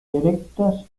erectas